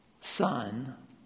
Son